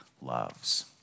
loves